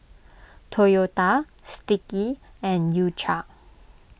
Toyota Sticky and U Cha